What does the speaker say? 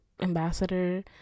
ambassador